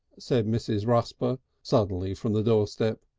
said mrs. rusper suddenly from the doorstep,